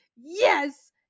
yes